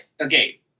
okay